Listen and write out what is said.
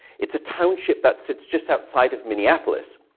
it's a township that sits just outside of minneapolis.